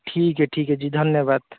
ठीक है ठीक है जी धन्यवाद